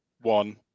one